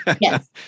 Yes